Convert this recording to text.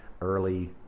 early